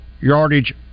yardage